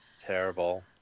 terrible